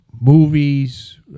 movies